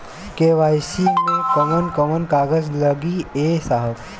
KYC मे कवन कवन कागज लगी ए साहब?